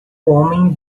homem